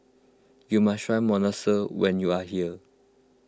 you must try Monsunabe when you are here